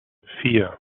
vier